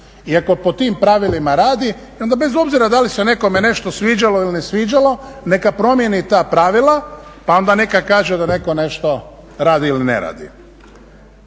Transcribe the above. ako po tim pravilima radi, i onda bez obzira da li se nekome nešto sviđalo ili ne sviđalo neka promijeni ta pravila, pa onda neka kaže da neko nešto radi ili ne radi.